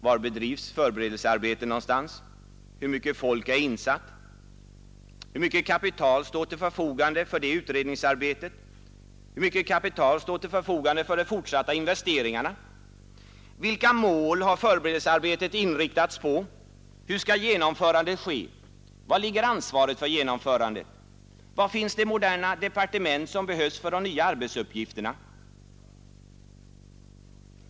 Var bedrivs förberedelsearbetet? Hur mycket folk är insatt på det? Hur mycket kapital står till förfogande för detta utredningsarbete och för de fortsatta investeringarna? Vilka mål har förberedelsearbetet inriktats på? Hur skall genomförandet ske? Var ligger ansvaret för genomförandet? Var finns de moderna departement som behövs för de nya arbetsuppgifterna?